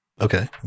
Okay